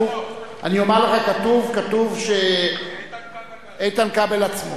כתוב שאיתן כבל עצמו.